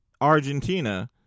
Argentina